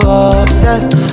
obsessed